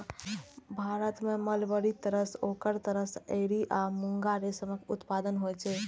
भारत मे मलबरी, तसर, ओक तसर, एरी आ मूंगा रेशमक उत्पादन होइ छै